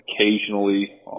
occasionally